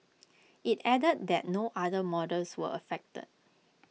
IT added that no other models were affected